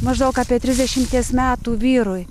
maždaug apie trisdešimties metų vyrui